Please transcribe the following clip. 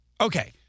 Okay